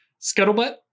scuttlebutt